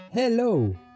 Hello